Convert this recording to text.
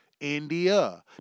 India